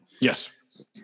Yes